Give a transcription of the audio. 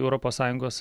europos sąjungos